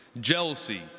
jealousy